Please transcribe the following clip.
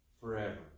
forever